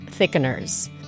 thickeners